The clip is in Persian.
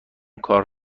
کار